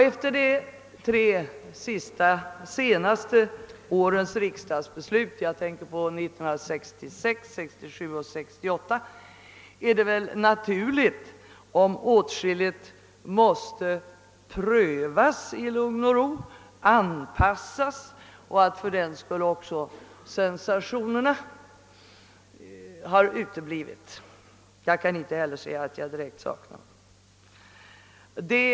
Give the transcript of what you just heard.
Efter de tre senaste årens riksdagsbeslut — 1966, 1967 och 1968 — är det väl naturligt, om åtskilligt måste prövas och anpassas i lugn och ro och att fördenskull sensationerna uteblivit. Jag kan inte heller säga att jag direkt saknar dem.